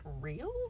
real